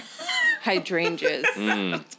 hydrangeas